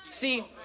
See